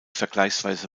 vergleichsweise